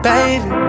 Baby